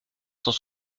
cent